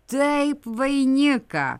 taip vainiką